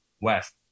west